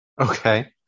Okay